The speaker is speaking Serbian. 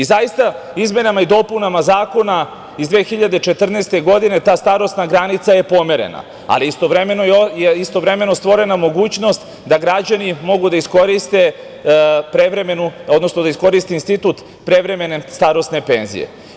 Zaista, izmenama i dopunama zakona iz 2014. godine, ta starosna granica je pomerena, ali istovremeno je stvorena mogućnost da građani mogu da iskoriste prevremenu, odnosno da iskoriste institut prevremene starosne penzije.